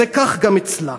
זה כך גם אצלה.